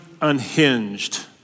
unhinged